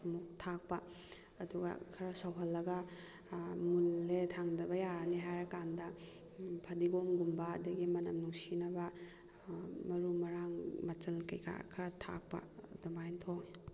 ꯑꯃꯨꯛ ꯊꯥꯛꯄ ꯑꯗꯨꯒ ꯈꯔ ꯁꯧꯍꯜꯂꯒ ꯃꯨꯜꯂꯦ ꯊꯥꯡꯊꯕ ꯌꯥꯔꯅꯤ ꯍꯥꯏꯔꯀꯥꯟꯗ ꯐꯗꯤꯒꯣꯝꯒꯨꯝꯕ ꯑꯗꯒꯤ ꯃꯅꯝ ꯅꯨꯡꯁꯤꯅꯕ ꯃꯔꯨ ꯃꯔꯥꯡ ꯃꯆꯜ ꯀꯩꯀꯥ ꯈꯔ ꯊꯥꯛꯄ ꯑꯗꯨꯃꯥꯏꯅ ꯊꯣꯡꯉꯤ